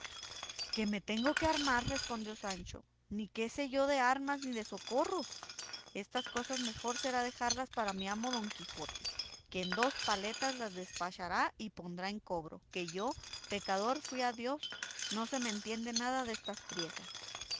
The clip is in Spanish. qué me tengo de armar respondió sancho ni qué sé yo de armas ni de socorros estas cosas mejor será dejarlas para mi amo don quijote que en dos paletas las despachará y pondrá en cobro que yo pecador fui a dios no se me entiende nada destas priesas